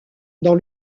dans